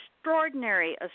extraordinary